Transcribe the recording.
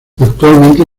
actualmente